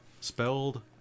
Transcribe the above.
Spelled